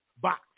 box